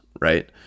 right